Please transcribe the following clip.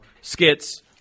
skits